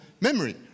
memory